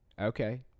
okay